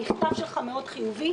המכתב שלך חיובי מאוד.